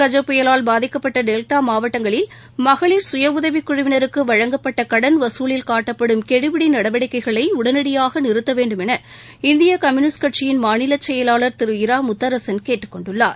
கஜ புயலால் பாதிக்கப்பட்ட டெல்டா மாவட்டங்களில் மகளிர் சுயஉதவிக்குழுவினருக்கு வழங்கப்பட்ட கடன் வசூலில் காட்டப்படும் கெடுபிடி நடவடிக்கைகளை உடனடியாக நிறுத்தவேண்டும் என இந்திய கம்யூனிஸ்ட் கட்சியின் மாநிலச்செயலாளர் திரு இரா முத்தரசன் கேட்டுக்கொண்டுள்ளார்